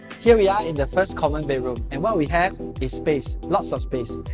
here, we are in the first common bedroom, and what we have is space, lots of space!